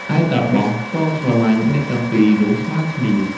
ឯតាបសក៏ស្រឡាញ់ អ្នកទាំងពីរនោះស្មើគ្នា។